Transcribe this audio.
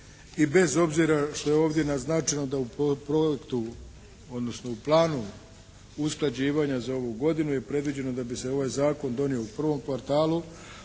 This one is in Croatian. i bez obzira što je ovdje naznačeno da u projektu, odnosno u planu usklađivanja za ovu godinu je predviđeno da bi se ovaj zakon donio u prvom kvartalu